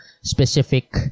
specific